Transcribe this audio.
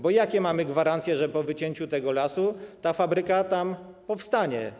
Bo jakie mamy gwarancje, że po wycięciu tego lasu ta fabryka tam powstanie?